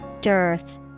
Dearth